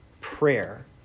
prayer